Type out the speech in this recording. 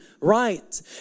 right